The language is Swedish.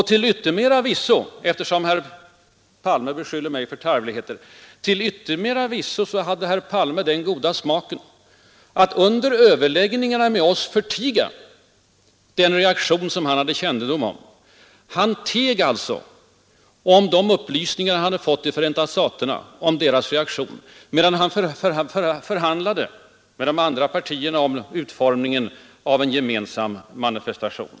Till yttermera visso, eftersom herr Palme beskyller mig för tarvligheter, hade herr Palme den goda smaken att under de då pågående överläggningarna med oss helt förtiga de åtgärder från USA:s sida som han då hade kännedom om. Han förteg alltså de upplysningar han hade fått om Förenta staternas reaktion medan han förhandlade med de andra partierna om utformningen av en gemensam manifestation.